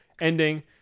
ending